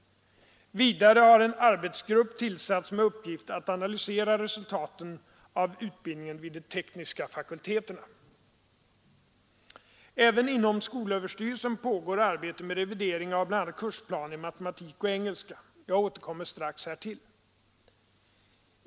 Vidare har en arbetsgrupp tillsatts med uppgift att analysera resultaten av utbildningen vid de tekniska fakulteterna. Även inom skolöverstyrelsen pågår arbete med revidering av bl.a. kursplaner i matematik och engelska. Jag återkommer strax härtill.